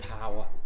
power